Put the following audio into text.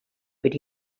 but